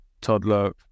toddler